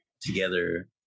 together